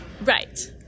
Right